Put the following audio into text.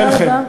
חן חן.